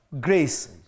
Grace